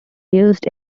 used